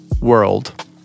world